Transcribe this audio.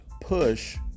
push